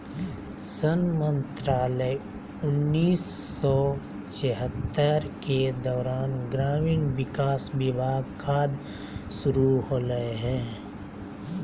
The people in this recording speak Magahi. सन मंत्रालय उन्नीस सौ चैह्त्तर के दौरान ग्रामीण विकास विभाग खाद्य शुरू होलैय हइ